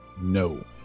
No